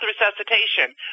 resuscitation